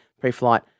pre-flight